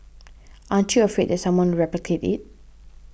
aren't you afraid that someone will replicate it